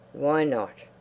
why not?